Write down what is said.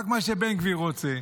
רק מה שבן גביר רוצה,